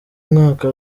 mwaka